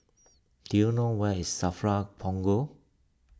do you know where is Safra Punggol